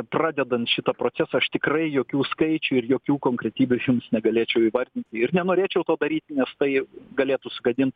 pradedant šitą procesą aš tikrai jokių skaičių ir jokių konkretybių aš jums negalėčiau įvardinti ir nenorėčiau to daryti nes tai galėtų sugadint